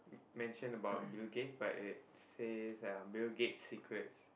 mentioned about Bill-Gates but it says uh Bill-Gates' secrets